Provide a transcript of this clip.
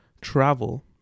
travel